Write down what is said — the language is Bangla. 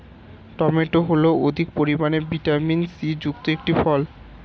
টমেটো হল অধিক পরিমাণে ভিটামিন সি যুক্ত একটি ফল